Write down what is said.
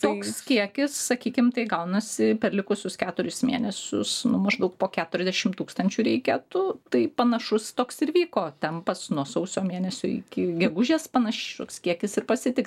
toks kiekis sakykim tai gaunasi per likusius keturis mėnesius nuo maždaug po keturiasdešimt tūkstančių reikėtų tai panašus toks ir vyko tempas nuo sausio mėnesio iki gegužės panašus kiekis ir pasitikrino